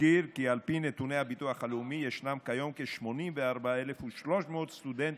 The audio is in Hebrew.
אזכיר כי על פי נתוני הביטוח הלאומי ישנם כיום כ-84,300 סטודנטים